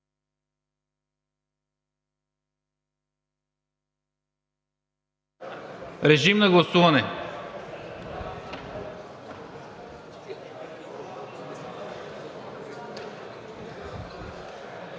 Режим на гласуване.